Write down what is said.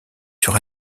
sur